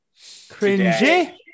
Cringy